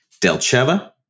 Delcheva